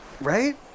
right